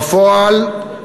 בפועל,